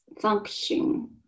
function